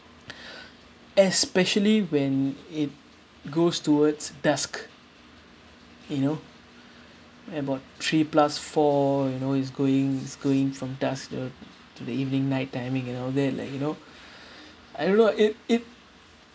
especially when it goes towards dusk you know about three plus four you know it's going it's going from dusk uh to the evening night timing and all that like you know I don't know it